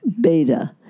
beta